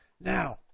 Now